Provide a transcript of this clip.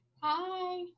Hi